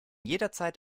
jederzeit